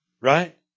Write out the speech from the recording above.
Right